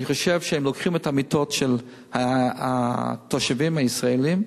אני חושב שהם לוקחים את המיטות של התושבים הישראלים,